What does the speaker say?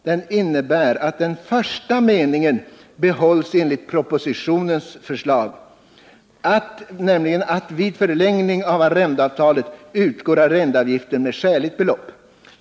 Den innebär att den första meningen behålls enligt propositionens förslag, nämligen att vid förlängning av arrendeavtalet skall arrendeavgiften utgå med skäligt belopp.